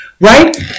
Right